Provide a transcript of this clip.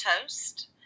toast